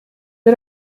wir